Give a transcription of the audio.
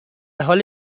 حال